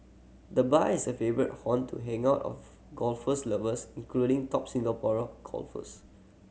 the bar is a favourite haunt to hang out of golf's lovers including top Singapore golfers